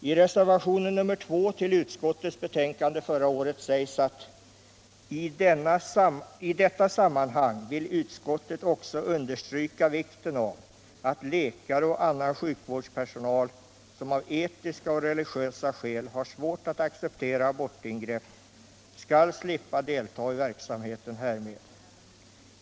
I reservationen 2 till utskottets betänkande förra året sägs: ”I detta sammanhang vill utskottet också understryka vikten av att läkare och annan sjukvårdspersonal, som av etiska eller religiösa skäl har svårt att acceptera abortingrepp, skall slippa delta i verksamheten härmed.